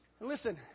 Listen